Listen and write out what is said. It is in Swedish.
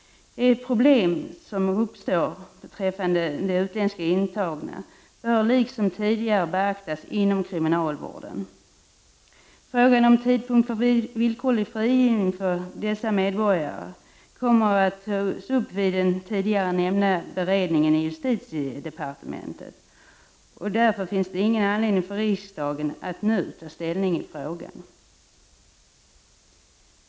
Det problem som uppstår beträffande de utländska intagna bör liksom tidigare beaktas inom kriminalvården. Frågan om tidpunkt för villkorlig frigivning för dessa medborgare kommer att tas upp vid den tidigare nämnda beredningen inom justitiedepartementet. Därför finns det ingen anledning för riksdagen att nu ta ställning i frågan.